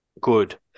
good